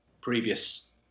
previous